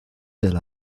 del